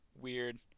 weird